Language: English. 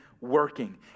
working